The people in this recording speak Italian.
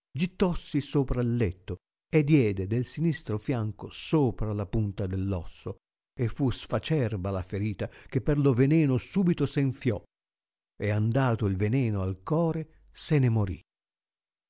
gittossi sopra il letto e diede del sinistro fianco sopra la punta de l'osso e fu sf acerba la ferita che per lo veneno subito s enfiò e andato il veneno al core se ne mori